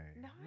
No